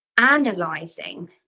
analyzing